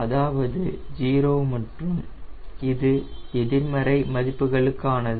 அதாவது 0 மற்றும் இது எதிர்மறை மதிப்புகளுக்கு ஆனது